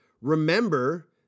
remember